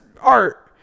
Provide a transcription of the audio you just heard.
art